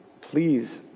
please